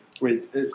Wait